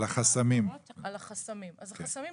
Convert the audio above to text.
על החסמים.